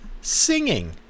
Singing